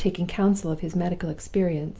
taking counsel of his medical experience,